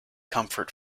comfort